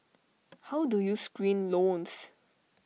how do you screen loans